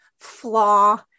flaw